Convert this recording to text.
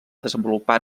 desenvolupar